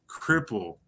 cripple